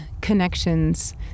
connections